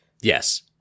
Yes